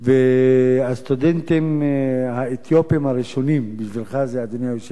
והסטודנטים האתיופים הראשונים, אדוני היושב-ראש,